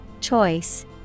Choice